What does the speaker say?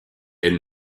elle